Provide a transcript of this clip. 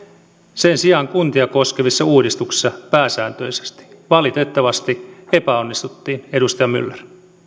sen sijaan kuntia koskevissa uudistuksissa pääsääntöisesti valitettavasti epäonnistuttiin edustaja myller